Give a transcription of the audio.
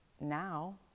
now